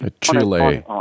Chile